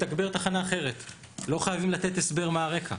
לתגבר תחנה אחרת, לא חייבים לתת הסבר מה הרקע.